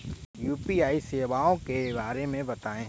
UPI सेवाओं के बारे में बताएँ?